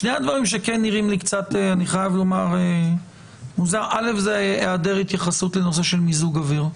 שני הדברים שנראים לי קצת מוזר זה היעדר התייחסות לנושא של מיזוג אוויר.